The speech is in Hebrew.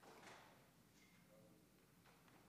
התשפ"ב 2022,